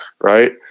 right